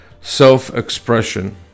self-expression